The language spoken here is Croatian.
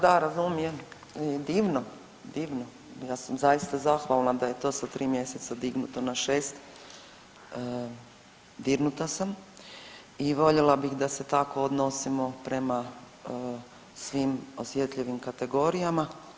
Da razumijem, divno, divno, ja sam zaista zahvalna da je to sa 3 mjeseca dignuto na 6. Dirnuta sam i voljela bih da se tako odnosimo prema svim osjetljivim kategorijama.